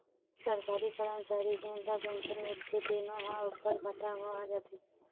सरकारी करमचारी जेन ल पेंसन मिलथे तेनो ह ओखर खाता म आ जाथे